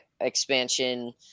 expansion